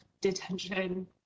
detention